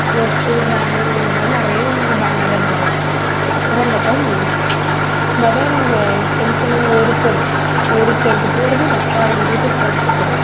poster banner இந்த மாதிரி நிறைய பண்ணிணாங்க பேனரு அந்த மாதிரிலாம் அப்புறம் பார்த்தா மொபைலில் சென்ட் பண்ணிணாங்க ஒருத்தர் ஒருத்தருக்கு போகிறது பத்தாயிரம் பேர்த்துக்கு போகிறத்துக்கு சமம்